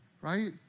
right